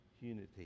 unity